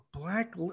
Black